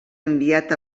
enviat